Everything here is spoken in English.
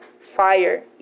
fire